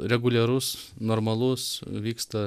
reguliarus normalus vyksta